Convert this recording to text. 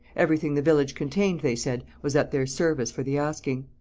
everything the village contained, they said, was at their service for the asking.